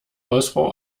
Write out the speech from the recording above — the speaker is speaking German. hausfrau